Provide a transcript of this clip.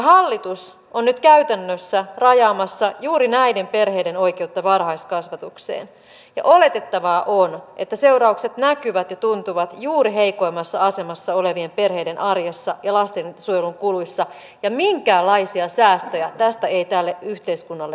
hallitus on nyt käytännössä rajaamassa juuri näiden perheiden oikeutta varhaiskasvatukseen ja oletettavaa on että seuraukset näkyvät ja tuntuvat juuri heikoimmassa asemassa olevien perheiden arjessa ja lastensuojelun kuluissa ja minkäänlaisia säästöjä tästä ei tälle yhteiskunnalle tule